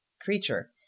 creature